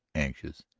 anxious,